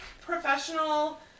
professional